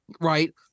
Right